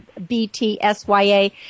btsya